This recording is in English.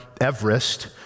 Everest